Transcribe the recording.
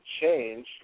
change